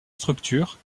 structure